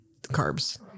carbs